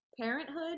parenthood